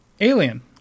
Alien